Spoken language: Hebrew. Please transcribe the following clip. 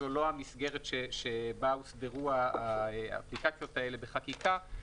זו לא המסגרת שבה הוסדרו האפליקציות האלה בחקיקה,